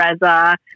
Reza